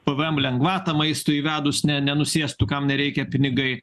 pvm lengvatą maistui įvedus ne nenusėstų kam nereikia pinigai